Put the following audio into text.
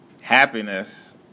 Happiness